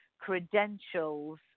credentials